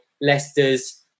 Leicester's